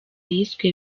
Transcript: yiswe